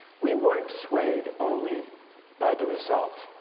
we weren't swayed only by the results